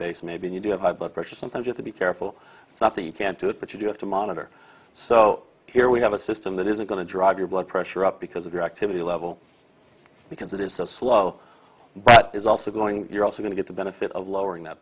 base maybe you do have high blood pressure sometimes just to be careful not to you can't do it but you do have to monitor so here we have a system that is going to drive your blood pressure up because of your activity level because it is so slow but it's also going you're also going to get the benefit of lowering that